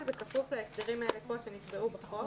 אבל בכפוף להסדרים שנקבעו בחוק.